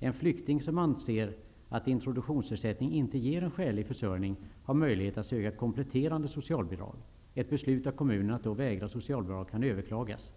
''En flykting som anser att introduktionsersättning inte ger en skälig försörjning har möjlighet att söka kompletterande socialbidrag. Ett beslut av kommunen att då vägra socialbidrag kan överklagas.''